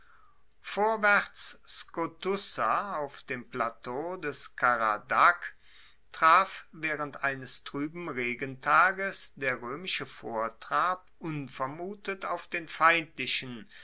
vorwaerts skotussa auf dem plateau des karadagh traf waehrend eines trueben regentages der roemische vortrab unvermutet auf den feindlichen